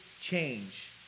change